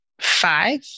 five